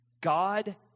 God